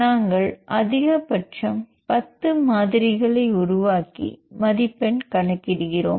நாங்கள் அதிகபட்சம் 10 மாதிரிகளை உருவாக்கி மதிப்பெண் கணக்கிடுகிறோம்